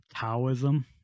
taoism